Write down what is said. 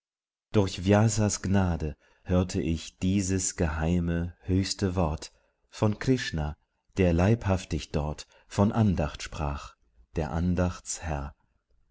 durch vysas gnade hörte ich dieses geheime höchste wort von krishna der leibhaftig dort von andacht sprach der